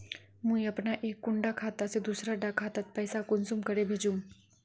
मुई अपना एक कुंडा खाता से दूसरा डा खातात पैसा कुंसम करे भेजुम?